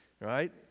right